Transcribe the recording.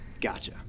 Gotcha